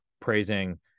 praising